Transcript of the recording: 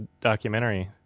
documentary